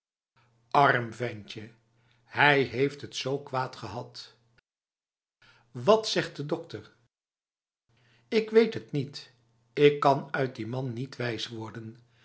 arm ventje hij heeft het zo kwaad gehad wat zegt de doktert ik weet het niet ik kan uit die man niet wijs worden